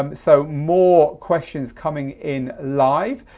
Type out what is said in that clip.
um so more questions coming in live.